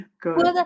good